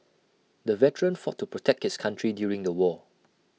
the veteran fought to protect his country during the war